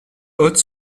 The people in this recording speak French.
hôtes